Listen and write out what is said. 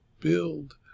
build